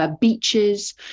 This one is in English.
beaches